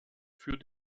für